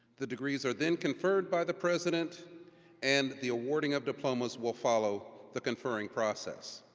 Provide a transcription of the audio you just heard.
the degrees are then conferred by the president and the awarding of diplomas will follow the conferring process.